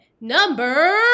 number